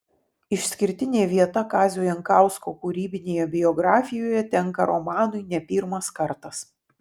išskirtinė vieta kazio jankausko kūrybinėje biografijoje tenka romanui ne pirmas kartas